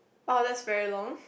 ah that's very long